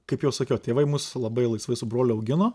kaip jau sakiau tėvai mus labai laisvai su broliu augino